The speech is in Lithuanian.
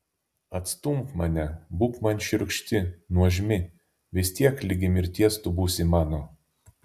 atstumk mane būk man šiurkšti nuožmi vis tiek ligi mirties tu būsi mano